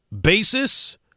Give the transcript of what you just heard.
basis